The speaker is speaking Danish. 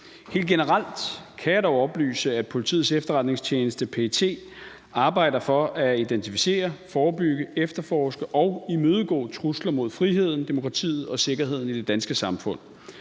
Helt generelt kan jeg dog oplyse, at Politiets Efterretningstjeneste, PET, arbejder for at identificere, forebygge, efterforske og imødegå trusler mod friheden, demokratiet og sikkerheden i det danske samfund.